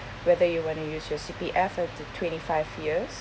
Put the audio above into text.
whether you want to use your C_P_F up to twenty five years